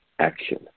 action